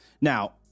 now